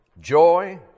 joy